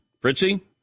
Fritzy